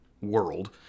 world